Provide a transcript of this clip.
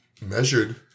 measured